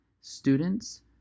Students